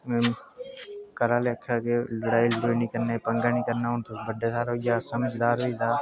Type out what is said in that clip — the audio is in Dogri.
पढ़ना ऐ मास्टरै कोला पुच्छना कि'यां पढ़ना